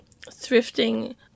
thrifting –